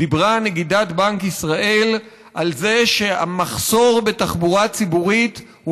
דיברה נגידת בנק ישראל על זה שהמחסור בתחבורה ציבורית הוא